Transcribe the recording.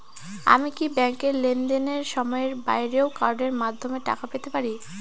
আমি কি ব্যাংকের লেনদেনের সময়ের বাইরেও কার্ডের মাধ্যমে টাকা পেতে পারি?